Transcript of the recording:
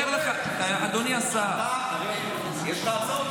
אני אומר לך, אדוני השר, אתה, הרי יש לך הצעות.